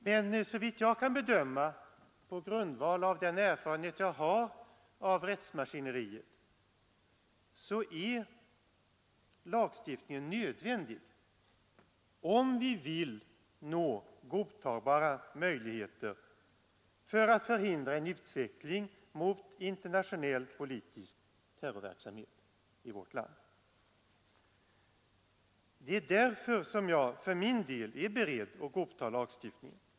Men såvitt jag kan bedöma, på grundval av den erfarenhet jag har av rättsmaskineriet, är lagstiftningen nödvändig om vi vill nå godtagbara möjligheter att förhindra en utveckling mot internationell politisk terrorverksamhet i vårt land. Det är därför som jag för min del är beredd att godta lagstiftningen.